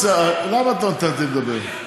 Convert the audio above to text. למה את לא נותנת לי לדבר?